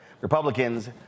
Republicans